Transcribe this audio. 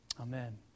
Amen